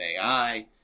AI